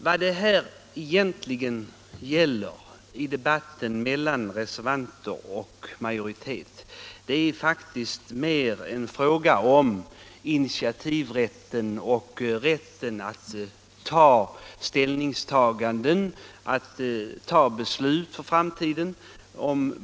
Vad det här egentligen gäller i debatten mellan reservanter och majoritet är faktiskt mer en fråga om initiativrätten och rätten att ta ställning och fatta beslut för framtiden.